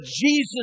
Jesus